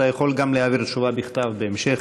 אתה יכול גם להעביר תשובה בכתב בהמשך,